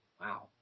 Wow